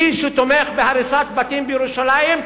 מי שתומך בהריסת בתים בירושלים,